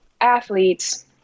athletes